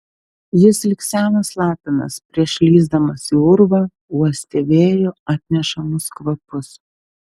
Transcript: jis lyg senas lapinas prieš lįsdamas į urvą uostė vėjo atnešamus kvapus